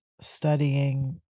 studying